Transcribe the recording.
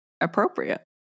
Appropriate